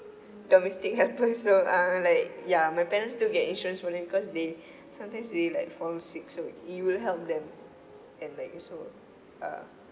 domestic helpers so uh like ya my parents still get insurance for them because they sometimes they like fall sick so it will help them and like so uh